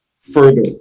further